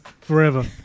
forever